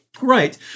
Right